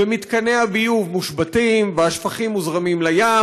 ומתקני הביוב מושבתים והשפכים מוזרמים לים,